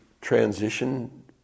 transition